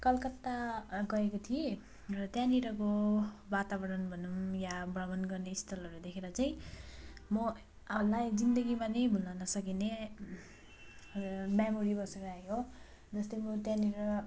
कलकत्ता गएको थिएँ र त्यहाँनिरको वातावरण भनौँ वा भ्रमण गर्ने स्थलहरू देखेर चाहिँ मलाई जिन्दगीमा नै भुल्न नसकिने मेमोरी बसेर आयो जस्तै म त्यहाँनिर